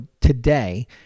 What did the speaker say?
today